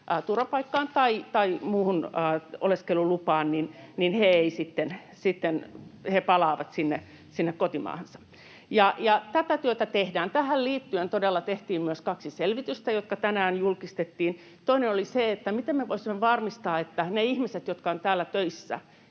turvapaikkaan tai muuhun oleskelulupaan, palaavat sinne kotimaahansa. Tätä työtä tehdään. Tähän liittyen todella tehtiin myös kaksi selvitystä, jotka tänään julkistettiin. Toinen oli se, miten me voisimme varmistaa, miten ne ihmiset, jotka ovat täällä töissä